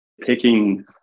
picking